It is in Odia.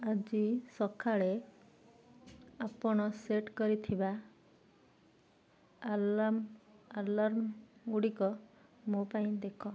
ଆଜି ସକାଳେ ଆପଣ ସେଟ୍ କରିଥିବା ଆଲାର୍ମ ଗୁଡ଼ିକ ମୋ ପାଇଁ ଦେଖ